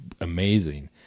amazing